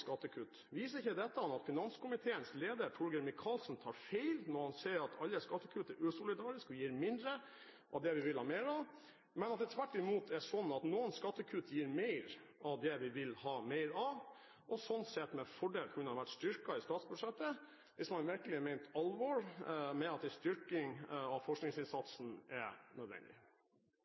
skattekutt. Viser ikke dette at finanskomiteens leder Torgeir Micaelsen tar feil når han sier at alle skattekutt er usolidariske og gir mindre av det vi vil ha mer av, og at det tvert imot er sånn at noen skattekutt gir mer av det vi vil ha mer av, og sånn sett med fordel kunne vært styrket i statsbudsjettet, hvis man virkelig mente alvor med at en styrking av forskningsinnsatsen er nødvendig?